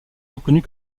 reconnu